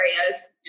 areas